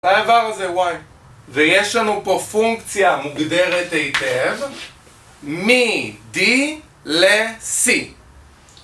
האיבר הזה Y. ויש לנו פה פונקציה מוגדרת היטב מ-D ל-C